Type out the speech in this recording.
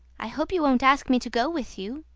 i hope you won't ask me to go with you.